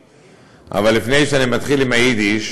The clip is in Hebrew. אבל לפני שאני מתחיל עם היידיש